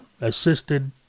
assisted